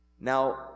Now